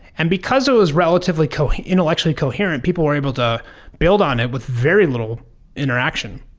and because it was relatively intellectually coherent, people were able to build on it with very little interaction,